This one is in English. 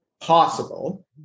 possible